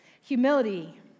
humility